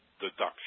deduction